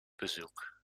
bezoek